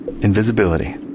Invisibility